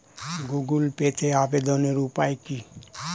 Google পেতে আবেদনের উপায় কি?